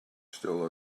still